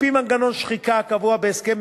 על-פי מנגנון שחיקה הקבוע בהסכם,